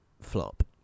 flop